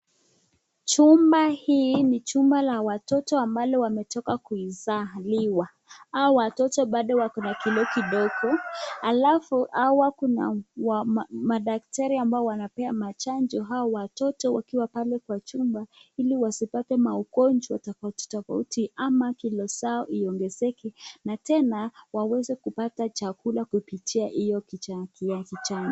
Chumba hii ni chumba la watoto ambalo wametoka kuzaliwa au watato bado wako na kilo kidogo. Alafu hawa kuna madaktari ambao wanapea machonjo hao watoto wakiwa pale kwa chumba ili wasipate maugonjwa tofauti tofauti ama kilo zao iongezeke na tena waweze kupata chakula kupitia hiyo kifaa ya kijani.